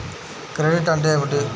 Credit అంటే ఏమిటి?